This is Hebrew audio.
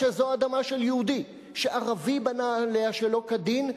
כשזו אדמה של יהודי שערבי בנה עליה שלא כדין,